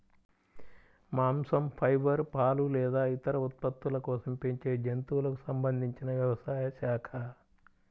మాంసం, ఫైబర్, పాలు లేదా ఇతర ఉత్పత్తుల కోసం పెంచే జంతువులకు సంబంధించిన వ్యవసాయ శాఖ